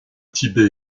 tibet